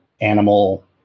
animal